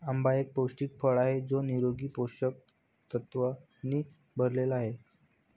आंबा एक पौष्टिक फळ आहे जो निरोगी पोषक तत्वांनी भरलेला आहे